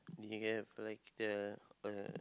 we can have like the uh